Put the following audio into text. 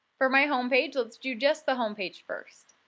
for my home page. let's do just the home page first.